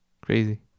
Crazy